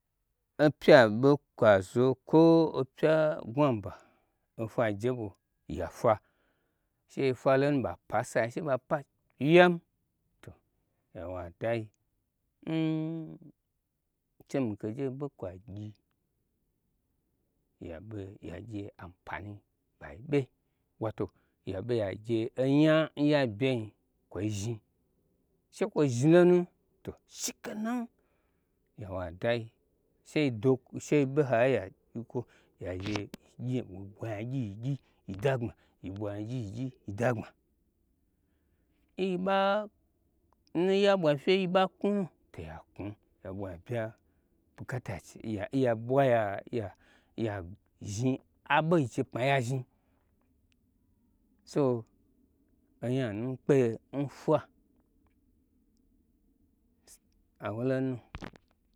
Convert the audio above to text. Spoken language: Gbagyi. Opya ɓe kwozo kwo opya n gnwu aba ofwai. Je ɓwo ya fwa sheyi fwalo nu ɓa pan sayi she ɓa pa wyem to yawo ai dayi n shemi ke gye ɓe kwa gyi yaɓe ya gye ampani ɓei ɓe voto yaɓe yagye enya nya bye nyi kwoi zhni shekwo zhni lonu to shike nan yawo ai dayi sheyido sheyi ɓe nhai ya kwukwo yagye yiɓwa ng'a gyi yigyi yi da gbma yiɓan ya ɓwa fyew n yi ɓa knwunu to ya knwu ya ɓwa ya biya bukata n chei e ya ɓwa ya zhni aɓo n yichei pma ya zhni so onyanu nmi kpeyelo n fwa awolonu